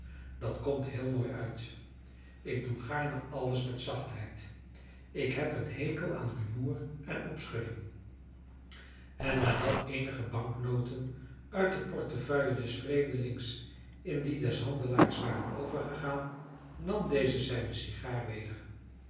huilen dat komt heel mooi uit ik doe gaarne alles met zachtheid ik heb een hekel aan rumoer en opschudding en nadat eenige banknoten uit de portefeuille des vreemdelings in die des handelaars waren overgegaan nam deze zijne sigaar weder